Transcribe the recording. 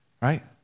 Right